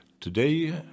Today